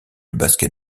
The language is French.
basket